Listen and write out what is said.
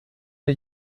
der